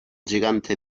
gigante